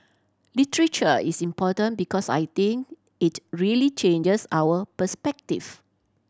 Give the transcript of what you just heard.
literature is important because I think it really changes our perspective